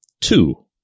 two